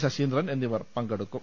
ശശീന്ദ്രൻ എന്നിവർ പങ്കെടുക്കും